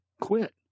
quit